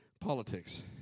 politics